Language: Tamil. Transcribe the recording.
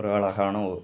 ஒரு அழகான ஊர்